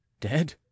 Dead